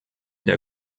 der